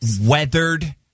Weathered